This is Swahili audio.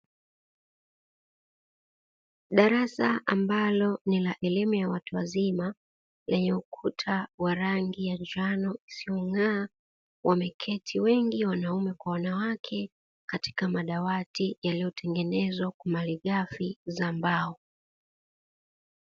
Darasa ambalo ni la elimu ya watu wazima, lenye ukuta wa rangi ya njano isiyong’aa, wameketi wengi wanaume kwa wanawake, katika madawati yaliyotengenezwa kwa malighafi ya mbao.